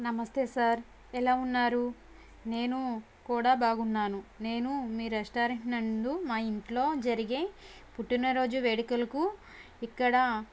నమస్తే సార్ ఎలా ఉన్నారు నేను కూడా బాగున్నాను నేను మీ రెస్టారెంట్ నందు మా ఇంట్లో జరిగే పుట్టినరోజు వేడుకలకు ఇక్కడ